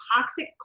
toxic